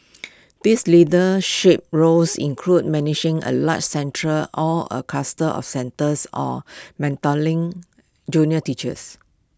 these leadership roles include managing A larger centre or A cluster of centres or mentoring junior teachers